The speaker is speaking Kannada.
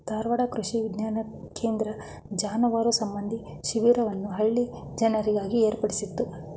ಧಾರವಾಡ ಕೃಷಿ ವಿಜ್ಞಾನ ಕೇಂದ್ರ ಜಾನುವಾರು ಸಂಬಂಧಿ ಶಿಬಿರವನ್ನು ಹಳ್ಳಿಯ ಜನರಿಗಾಗಿ ಏರ್ಪಡಿಸಿತ್ತು